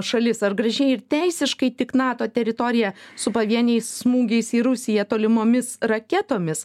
šalis ar gražiai ir teisiškai tik nato teritoriją su pavieniais smūgiais į rusiją tolimomis raketomis